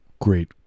great